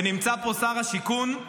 ונמצא פה שר השיכון,